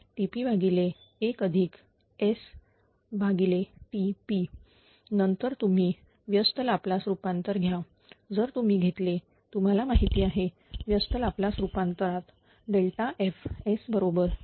01KP1S 𝑇𝑝1S1TP नंतर तुम्ही व्यस्त लाप्लास रूपांतर घ्या जर तुम्ही घेतले तुम्हाला माहिती आहे व्यस्त लाप्लास रूपांतर F 0